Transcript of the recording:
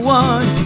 one